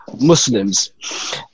Muslims